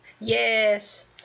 Yes